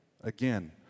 Again